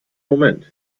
moment